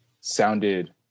sounded